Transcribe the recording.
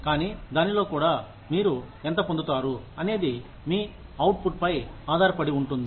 కానీ దానిలో కూడా మీరు ఎంత పొందుతారు అనేది మీ అవుట్ ఫుట్ పై ఆధారపడి ఉంటుంది